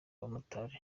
abamotari